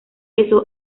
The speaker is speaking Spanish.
eso